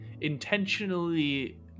Intentionally